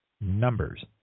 numbers